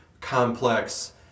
complex